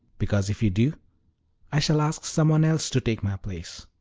because if you do i shall ask some one else to take my place.